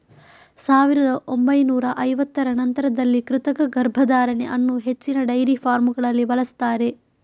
ಸಾವಿರದ ಒಂಬೈನೂರ ಐವತ್ತರ ನಂತರದಲ್ಲಿ ಕೃತಕ ಗರ್ಭಧಾರಣೆ ಅನ್ನು ಹೆಚ್ಚಿನ ಡೈರಿ ಫಾರ್ಮಗಳಲ್ಲಿ ಬಳಸ್ತಾರೆ